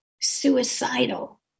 suicidal